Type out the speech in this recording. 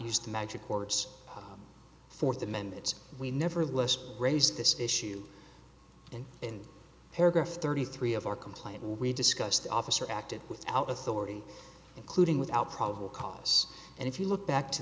used the magic courts fourth amendments we never list raised this issue and in paragraph thirty three of our complaint we discussed officer acted without authority including without probable cause and if you look back to